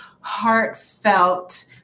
heartfelt